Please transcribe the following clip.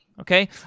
okay